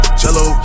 cello